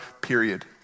period